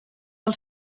del